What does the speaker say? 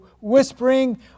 whispering